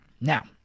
Now